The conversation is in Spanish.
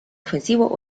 ofensivo